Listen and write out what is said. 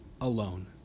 alone